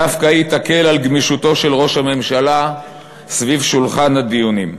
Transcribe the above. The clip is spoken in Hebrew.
דווקא היא תקל על גמישותו של ראש הממשלה סביב שולחן הדיונים.